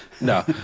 No